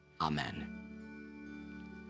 Amen